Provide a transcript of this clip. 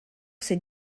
ses